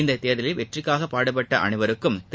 இத்தேர்தலில் வெற்றிக்காக பாடுபட்ட அனைவருக்கும் திரு